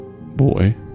boy